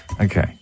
Okay